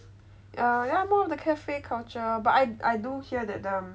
err yeah more of the cafe culture but I I do hear that um